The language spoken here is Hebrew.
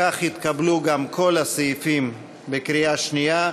כך התקבלו גם כל הסעיפים בקריאה שנייה,